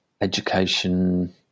education